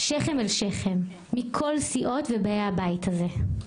שכם אל שכם, מכל סיעות ובאי הבית הזה.